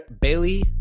Bailey